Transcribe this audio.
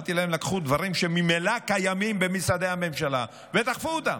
אמרתי להם: לקחו דברים שממילא קיימים במשרדי הממשלה ודחפו אותם.